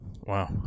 Wow